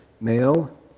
Male